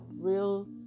real